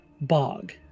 bog